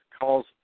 calls